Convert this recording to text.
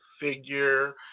figure